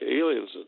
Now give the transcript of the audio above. aliens